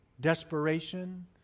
desperation